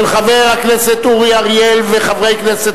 לדיון מוקדם בוועדה שתקבע ועדת הכנסת